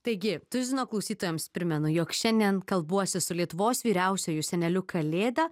taigi tuzino klausytojams primenu jog šiandien kalbuosi su lietuvos vyriausiuoju seneliu kalėda